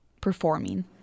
performing